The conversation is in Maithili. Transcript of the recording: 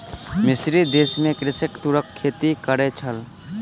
मिस्र देश में कृषक तूरक खेती करै छल